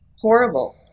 horrible